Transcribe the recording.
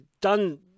done